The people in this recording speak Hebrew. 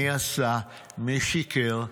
מי עשה, מי שיקר,